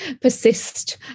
persist